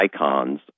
icons